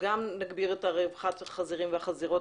כך גם נגביר את רווחת החזירים והחזירות